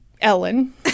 Ellen